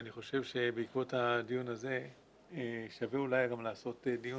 ואני חושב שבעקבות הדיון הזה שווה אולי גם לעשות דיון